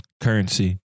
Currency